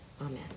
Amen